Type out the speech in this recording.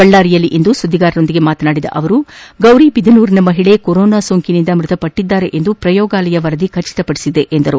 ಬಳ್ಳಾರಿಯಲ್ಲಿಂದು ಸುದ್ದಿಗಾರರೊಂದಿಗೆ ಮಾತನಾಡಿದ ಅವರು ಗೌರಿಬಿದನೂರಿನ ಮಹಿಳಿ ಕೊರೋನಾ ಸೋಂಕಿನಿಂದ ಮೃತಪಟ್ಟಿದ್ದಾರೆಂದು ಪ್ರಯೋಗಾಲಯ ವರದಿ ಖಚಿತಪಡಿಸಿದೆ ಎಂದು ಹೇಳಿದರು